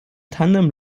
tandem